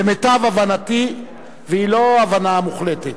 למיטב הבנתי, והיא לא הבנה מוחלטת,